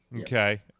Okay